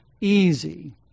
easy